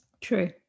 true